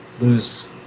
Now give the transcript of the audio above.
lose